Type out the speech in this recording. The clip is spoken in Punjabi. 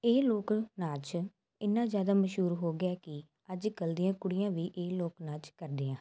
ਇਹ ਲੋਕ ਨਾਚ ਇੰਨਾਂ ਜ਼ਿਆਦਾ ਮਸ਼ਹੂਰ ਹੋ ਗਿਆ ਕਿ ਅੱਜ ਕੱਲ੍ਹ ਦੀਆਂ ਕੁੜੀਆਂ ਵੀ ਇਹ ਲੋਕ ਨਾਚ ਕਰਦੀਆਂ ਹਨ